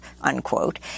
unquote